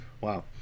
wow